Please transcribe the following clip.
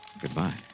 Goodbye